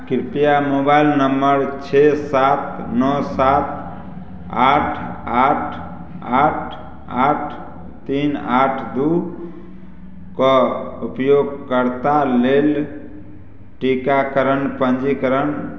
कृपया mobile number छओ सात नओ सात आठ आठ आठ आठ तीन आठ दू के उपयोगकर्ता लेल टीकाकरण पंजीकरण